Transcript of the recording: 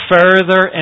further